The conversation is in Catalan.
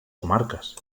comarques